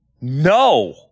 No